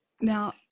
Now